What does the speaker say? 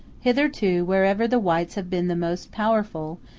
hitherto, wherever the whites have been the most powerful,